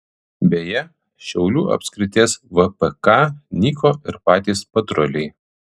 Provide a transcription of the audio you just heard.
beje šiaulių apskrities vpk nyko ir patys patruliai